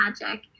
magic